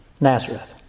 Nazareth